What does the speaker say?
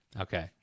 okay